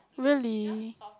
really